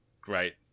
great